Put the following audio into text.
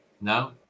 no